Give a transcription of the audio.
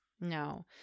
No